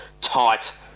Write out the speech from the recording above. tight